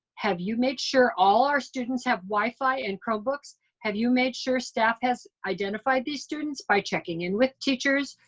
have you made sure all our students have wifi and chromebooks? have you made sure staff has identified these students by checking in with teachers,